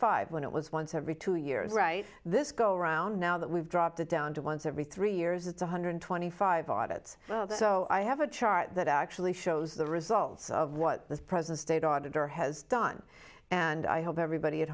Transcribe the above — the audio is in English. five when it was once every two years right this go round now that we've dropped it down to once every three years it's one hundred twenty five audits so i have a chart that actually shows the results of what his present state auditor has done and i hope everybody at